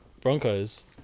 Broncos